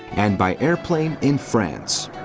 and by aeroplane in france.